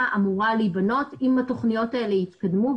אמורה להיבנות אם התכניות האלה יתקדמו,